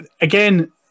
again